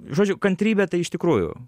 žodžiu kantrybė tai iš tikrųjų